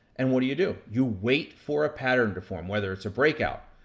and, what do you do? you wait for a pattern to form whether it's a breakout,